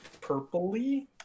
purpley